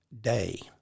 day